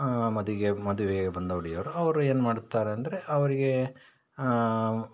ಮದಿಗೆ ಮದುವೆಗೆ ಬಂದ ಹುಡುಗಿಯರು ಅವರು ಏನು ಮಾಡ್ತಾರೆ ಅಂದರೆ ಅವರಿಗೆ